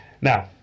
Now